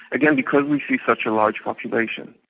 again because we see such a large population.